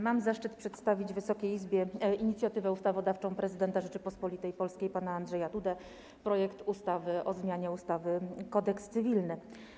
Mam zaszczyt przedstawić Wysokiej Izbie inicjatywę ustawodawczą prezydenta Rzeczypospolitej Polskiej pana Andrzeja Dudy: projekt ustawy o zmianie ustawy - Kodeks cywilny.